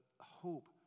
hope